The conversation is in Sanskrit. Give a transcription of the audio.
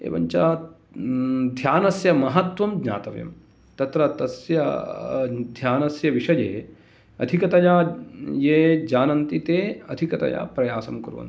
एवञ्च ध्यानस्य महत्त्वं ज्ञातव्यम् तत्र तस्य ध्यानस्य विषये अधिकतया ये जानन्ति ते अधिकतया प्रयासं कुर्वन्ति